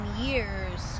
years